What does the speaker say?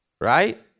right